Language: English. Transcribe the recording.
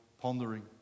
pondering